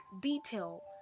detail